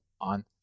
on